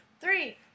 Three